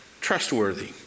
trustworthy